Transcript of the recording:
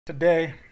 Today